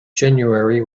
january